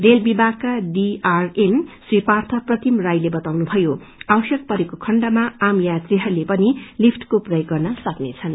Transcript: rail विभागका DRM Shri Partha Pratim रायले बताउनुभयो आवश्यकता अनुसार आम यात्रीहरूले पनि लिफ्टको प्रयोग गर्न सकनेछन्